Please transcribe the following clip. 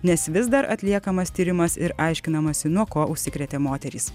nes vis dar atliekamas tyrimas ir aiškinamasi nuo ko užsikrėtė moterys